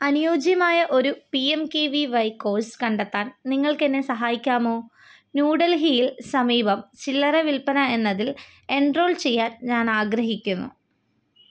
അനുയോജ്യമായ ഒരു P M K V Y course കണ്ടെത്താൻ നിങ്ങൾക്ക് എന്നെ സഹായിക്കാമോ ന്യൂഡൽഹിയിൽ സമീപം ചില്ലറ വിൽപ്പന എന്നതിൽ എൻറോൾ ചെയ്യാൻ ഞാൻ ആഗ്രഹിക്കുന്നു